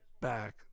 back